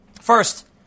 First